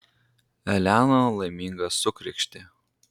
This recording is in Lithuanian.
elena laiminga sukrykštė